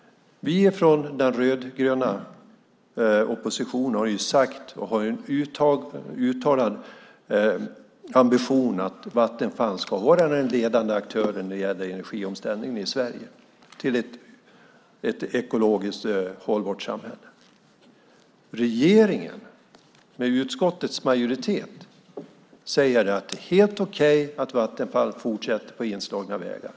Den rödgröna oppositionen har en uttalad ambition att Vattenfall ska vara den ledande aktören när det gäller energiomställningen i Sverige till ett ekologiskt hållbart samhälle. Regeringen med utskottets majoritet säger att det är helt okej att Vattenfall fortsätter på inslagna vägar.